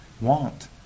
want